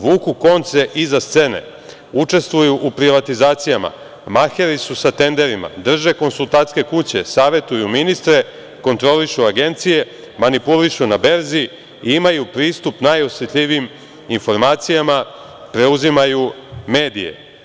Vuku konce iza scene, učestvuju u privatizacijama, maheri su sa tenderima, drže konsultantske kuće, savetuju ministre, kontrolišu agencije, manipulišu na berzi i imaju pristup najosetljivijim informacijama, preuzimaju medije.